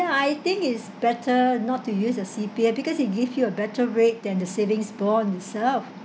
ya I think it's better not to use your C_P_F because it give you a better rate than the savings bond itself